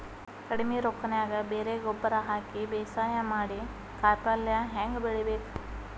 ಕಡಿಮಿ ರೊಕ್ಕನ್ಯಾಗ ಬರೇ ಗೊಬ್ಬರ ಹಾಕಿ ಬೇಸಾಯ ಮಾಡಿ, ಕಾಯಿಪಲ್ಯ ಹ್ಯಾಂಗ್ ಬೆಳಿಬೇಕ್?